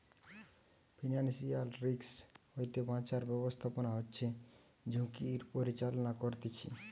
financial risk হইতে বাঁচার ব্যাবস্থাপনা হচ্ছে ঝুঁকির পরিচালনা করতিছে